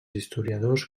historiadors